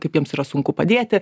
kaip jiems yra sunku padėti